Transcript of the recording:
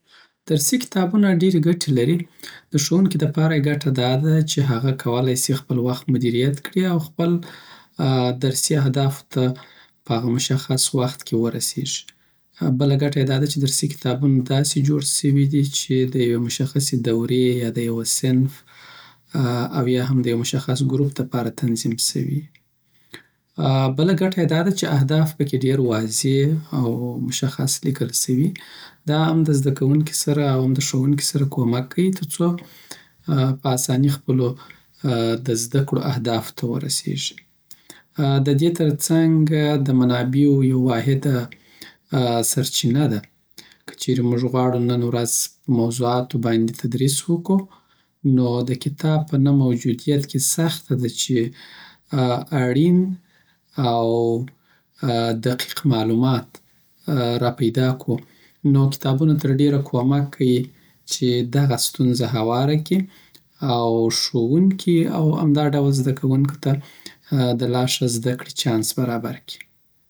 درسی کتابونه ډیری ګټی لری دښوونکی دپاره یی ګټه دا ده چی هغه کولای سی خپل وخت مدیریت کړی او خپل درسی اهدافوته په هغه مشخص وخت کی ورسیږی بله ګټه یی داده چی درسی کتابونه داسی جوړ سوی دی چی دیو مشخصی دوری ، یاد یوه صنف اویاهم دیو مشخص ګروپ لپاره تنظیم سوی یی بله ګټه یی داده چی اهداف پکی ډیر واضی او مشخص لیکل سوی یی داهم د زده کونکی سره او هم دښوونکی سره کومک کیی ترڅو په اسانی خپلو د زده کړو اهدافوته ورسیږی ددی ترڅنګ د منابع وو یو واهده سرچینه ده که چیری موږ غواړو نن ورځ په موضوعاتو باندی تدریس وکو، نو دکتاب په نه موجودیت کی سخته ده چی اړین او دقیق معلومات راپیدا کو نو کتابونه ترډیره کومک کیی چی دغه ستونځه هواره کی او ښوونکی او همدا ډول زده کونکی ته دلاښه دزه کړی چانس برابر کړی